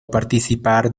participar